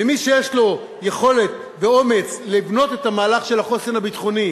ומי שיש לו יכולת ואומץ לבנות את המהלך של החוסן הביטחוני